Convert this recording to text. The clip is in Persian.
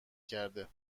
کرده